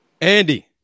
Andy